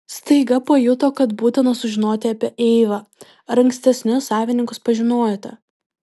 staiga pajuto kad būtina sužinoti apie eivą ar ankstesnius savininkus pažinojote